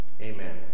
Amen